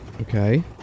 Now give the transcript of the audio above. Okay